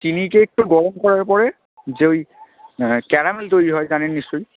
চিনিকে একটু গরম করার পরে যে ওই ক্যারামেল তৈরি হয় জানেন নিশ্চয়